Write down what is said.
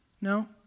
No